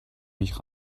mich